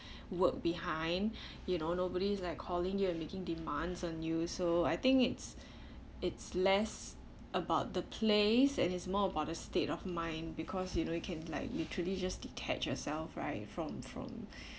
work behind you know nobody's like calling you and making demands on you so I think it's it's less about the place and it's more about the state of mind because you know you can like literally just detach yourself right from from